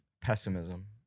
pessimism